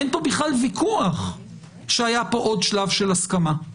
אין פה בכלל ויכוח שהיה פה עוד שלב של הסכמה.